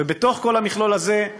בתוך כל המכלול הזה,